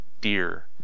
dear